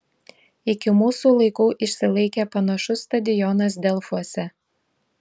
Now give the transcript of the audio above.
iki mūsų laikų išsilaikė panašus stadionas delfuose